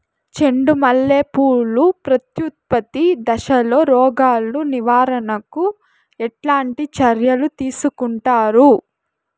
చెండు మల్లె పూలు ప్రత్యుత్పత్తి దశలో రోగాలు నివారణకు ఎట్లాంటి చర్యలు తీసుకుంటారు?